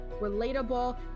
relatable